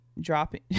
Dropping